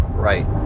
right